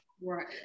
right